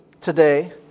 today